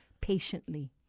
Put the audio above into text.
patiently